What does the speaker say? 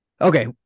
Okay